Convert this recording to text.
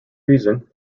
reason